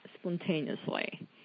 spontaneously